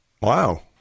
Wow